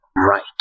Right